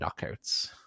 knockouts